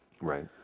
right